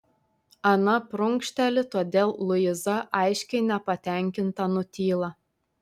ana prunkšteli todėl luiza aiškiai nepatenkinta nutyla